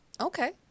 okay